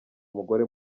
umugore